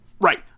Right